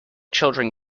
children